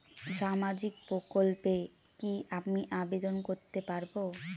সামাজিক প্রকল্পে কি আমি আবেদন করতে পারবো?